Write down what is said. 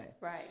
Right